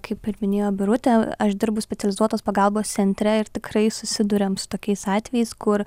kaip ir minėjo birutė aš dirbu specializuotos pagalbos centre ir tikrai susiduriam su tokiais atvejais kur